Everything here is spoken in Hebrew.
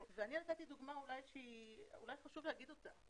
נתתי דוגמה שחשוב להזכיר,